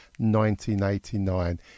1989